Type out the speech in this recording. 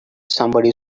somebody